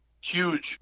huge